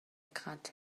cut